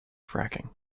fracking